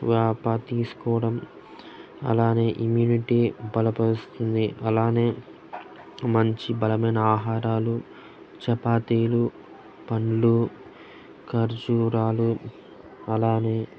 వేప తీసుకోడం అలానే ఇమ్యూనిటీ బలపరుస్తుంది అలానే మంచి బలమైన ఆహారాలు చపాతీలు పండ్లు ఖర్జూరాలు అలానే